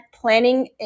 planning